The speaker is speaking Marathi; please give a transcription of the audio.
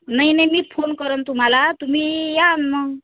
नाही नाही मीच फोन करीन तुम्हाला तुम्ही या मग